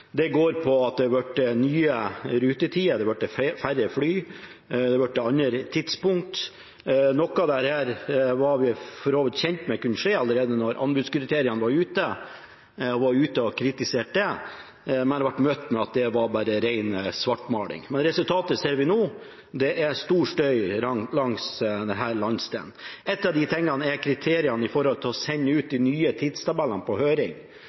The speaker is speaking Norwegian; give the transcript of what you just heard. Det går på at det har blitt nye rutetider, det har blitt færre fly, det har blitt andre tidspunkter. Noe av dette var vi for så vidt kjent med kunne skje allerede da anbudskriteriene forelå, og man kritiserte det, men ble møtt med at det bare var ren svartmaling. Resultatet ser vi nå. Det er stor støy i denne landsdelen. En av de tingene er kriteriene for å sende de nye tidstabellene ut på høring.